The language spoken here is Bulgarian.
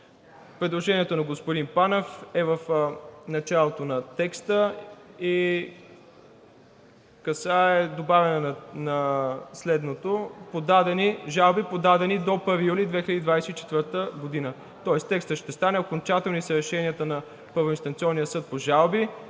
Предложението на господин Панев е в началото на текста и касае добавяне на следното: „Жалби, подадени до 1 юли 2024 г.“, тоест текстът ще стане: „Окончателни са решенията на